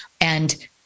And-